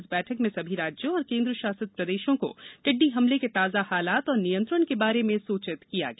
इस बैठक में सभी राज्यों और केन्द्र शासित प्रदेशों को टिड्डी हमले के ताजा हालात और नियंत्रण के बारे में सूचित किया गया